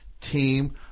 team